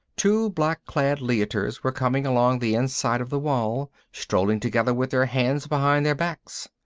two black-clad leiters were coming along the inside of the wall, strolling together with their hands behind their backs.